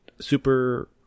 super